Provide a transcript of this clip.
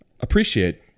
appreciate